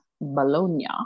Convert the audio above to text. bologna